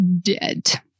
dead